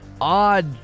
odd